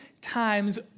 times